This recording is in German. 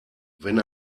wenn